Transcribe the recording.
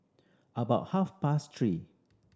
about half past three